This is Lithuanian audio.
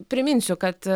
priminsiu kad